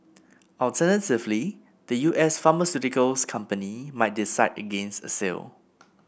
alternatively the U S pharmaceuticals company might decide against a sale